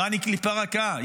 איראן היא קליפה רכה,